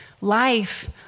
life